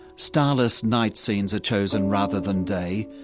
starless night scenes are chosen rather than day,